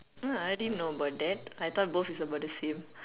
!huh! I didn't know about that I thought both is about the same